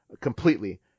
completely